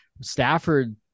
Stafford